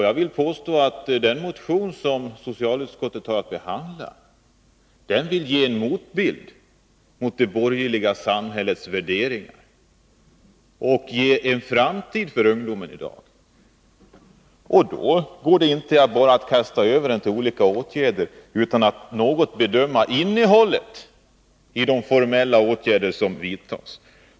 Jag vill påstå att den motion som socialutskottet har att behandla är avsedd att ge en motbild till det borgerliga samhällets värderingar och skapa en framtid för ungdomen i dag. Då går det inte att bara kasta över den till olika åtgärder utan att något bedöma innehållet i de formella åtgärder som vidtas.